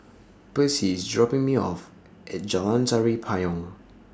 Percy IS dropping Me off At Jalan Tari Payong